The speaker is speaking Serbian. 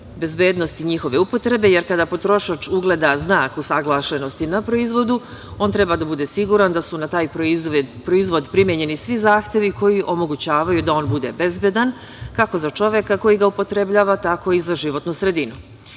bezbednosti njihove upotrebe, jer kada potrošač ugleda znak usaglašenosti na proizvodu, on treba da bude siguran da su na taj proizvod primenjeni svi zahtevi koji omogućavaju da on bude bezbedan, kako za čoveka koji ga upotrebljava, tako i za životnu sredinu. Što